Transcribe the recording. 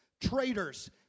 traitors